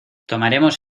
tomaremos